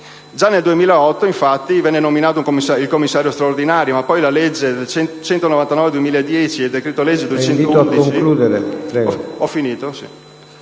Già nel 2008, infatti, venne nominato il Commissario straordinario, ma poi la legge n. 199 del 2010 e il decreto-legge n. 211